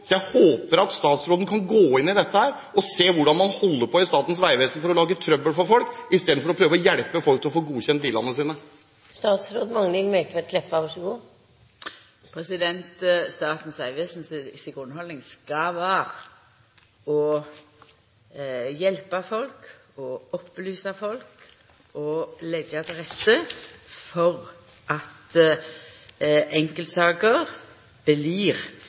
Jeg håper at statsråden kan gå inn i dette og se på hvordan man holder på i Statens vegvesen for å lage trøbbel for folk, istedenfor å prøve hjelpe folk til å få godkjent bilene sine. Statens vegvesen si grunnhaldning skal vera å hjelpa folk, opplysa folk og leggja til